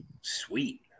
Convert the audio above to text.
Sweet